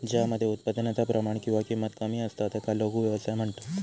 ज्या मध्ये उत्पादनाचा प्रमाण किंवा किंमत कमी असता त्याका लघु व्यवसाय म्हणतत